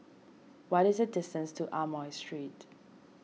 what is the distance to Amoy Street